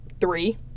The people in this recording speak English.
three